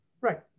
Right